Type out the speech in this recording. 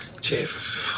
Jesus